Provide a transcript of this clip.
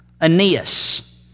Aeneas